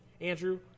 Andrew